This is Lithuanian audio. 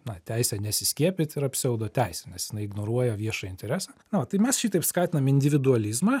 na teisė nesiskiepyt yra pseudoteisė nes jinai ignoruoja viešąjį interesą na tai mes šitaip skatinam individualizmą